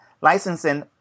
licensing